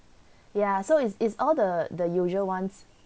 ya so it's it's all the the usual ones